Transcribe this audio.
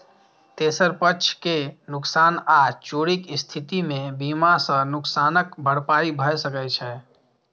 तेसर पक्ष के नुकसान आ चोरीक स्थिति मे बीमा सं नुकसानक भरपाई भए सकै छै